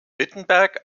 wittenberg